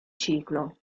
ciclo